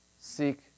seek